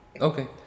okay